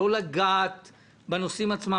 לא לגעת בנושאים עצמם.